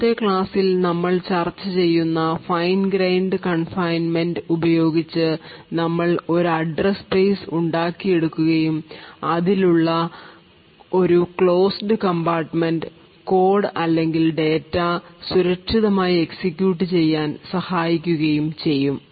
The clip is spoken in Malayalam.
ഇന്നത്തെ ക്ലാസ്സിൽ നമ്മൾ ചർച്ച ചെയ്യുന്ന ഫൈൻ ഗ്രെയിൻഡ് കൺഫൈൻമെൻറ് ഉപയോഗിച്ച് നമ്മൾ ഒരു അഡ്രസ് സ്പേസ് ഉണ്ടാക്കിയെടുക്കുകയും അതിൽ ഉള്ള ഒരു ക്ലോസ്ഡ് കമ്പാർട്ട്മെൻറ് കോഡ് അല്ലെങ്കിൽ ഡാറ്റാ സുരക്ഷിതമായി എക്സിക്യൂട്ട് ചെയ്യാൻ സഹായിക്കുകയും ചെയ്യും